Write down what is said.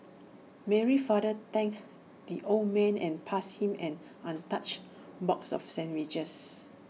Mary's father thanked the old man and passed him an untouched box of sandwiches